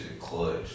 clutch